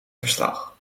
verslag